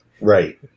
Right